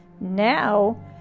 now